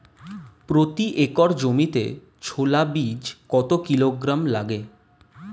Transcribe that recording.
প্রতি একর জমিতে ছোলা বীজ কত কিলোগ্রাম লাগে?